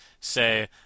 say